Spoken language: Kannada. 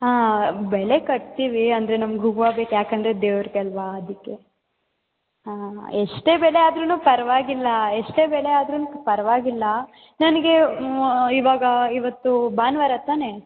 ಹಾಂ ಬೆಲೆ ಕಟ್ತೀವಿ ಅಂದರೆ ನಮ್ಗೆ ಹೂವು ಬೇಕು ಯಾಕಂದರೆ ದೇವರಿಗೆ ಅಲ್ಲವಾ ಅದಕ್ಕೆ ಹಾಂ ಎಷ್ಟೇ ಬೆಲೆ ಆದ್ರೂ ಪರವಾಗಿಲ್ಲ ಎಷ್ಟೇ ಬೆಲೆ ಆದ್ರೂ ಪರವಾಗಿಲ್ಲ ನನಗೆ ಇವಾಗ ಇವತ್ತು ಭಾನುವಾರ ತಾನೇ